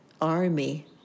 army